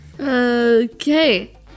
Okay